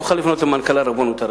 תוכל לפנות למנכ"ל הרבנות הראשית.